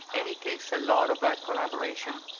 and it takes a lot of ah collaboration